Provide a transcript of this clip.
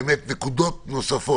נקודות נוספות